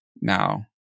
now